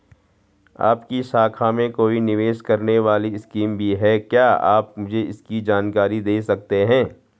आपकी शाखा में कोई निवेश करने वाली स्कीम भी है क्या आप मुझे इसकी जानकारी दें सकते हैं?